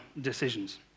decisions